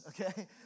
okay